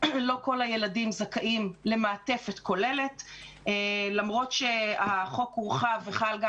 לא כל הילדים זכאים למעטפת כוללת למרות שהחוק הורחב וחל גם